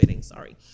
Sorry